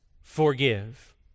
forgive